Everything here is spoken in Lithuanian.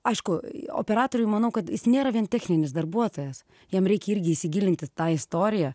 aišku operatoriui manau kad jis nėra vien techninis darbuotojas jam reikia irgi įsigilint į tą istoriją